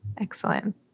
Excellent